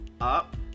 up